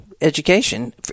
education